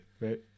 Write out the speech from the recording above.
Right